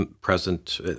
present